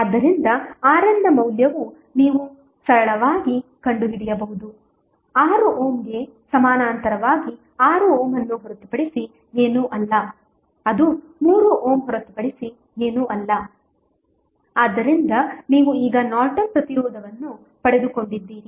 ಆದ್ದರಿಂದ RNನ ಮೌಲ್ಯವು ನೀವು ಸರಳವಾಗಿ ಕಂಡುಹಿಡಿಯಬಹುದು 6 ಓಮ್ಗೆ ಸಮಾನಾಂತರವಾಗಿ 6 ಓಮ್ ಅನ್ನು ಹೊರತುಪಡಿಸಿ ಏನೂ ಅಲ್ಲ ಅದು 3 ಓಮ್ ಹೊರತುಪಡಿಸಿ ಏನೂ ಅಲ್ಲ ಆದ್ದರಿಂದ ನೀವು ಈಗ ನಾರ್ಟನ್ ಪ್ರತಿರೋಧವನ್ನು ಪಡೆದುಕೊಂಡಿದ್ದೀರಿ